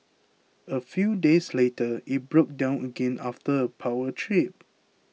a few days later it broke down again after a power trip